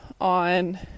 on